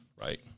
right